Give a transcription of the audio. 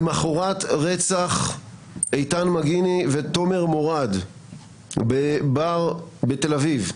למחרת רצח איתן מגיני ותומר מוראד בבר בתל אביב.